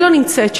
אני לא נמצאת שם.